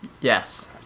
Yes